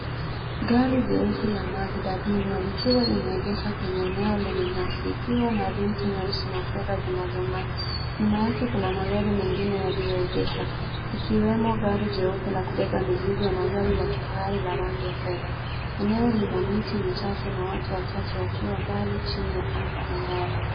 Gari jeusi la Mazda demio, likiwa limeegeshwa kwenye eneo lenye nyasi, ikiwa na reams nyeusi na fedha zinazong'aa. Nyuma yake kuna magari mengine yaliyoegeshwa, ikiwemo gari jeupe la kubeba mizigo na gari la kifahari la rangi ya fedha. Eneo lina miti michache na watu wachache wakiwa mbali, chini ya anga angavu.